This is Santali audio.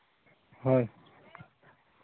ᱦᱳᱭ